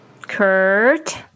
Kurt